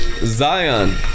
Zion